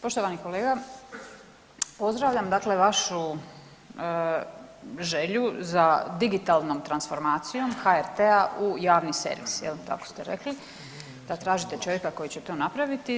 Poštovani kolega, pozdravljam dakle vašu želju za digitalnom transformacijom HRT-a u javni servis, tako ste rekli da tražite čovjeka koji će to napraviti.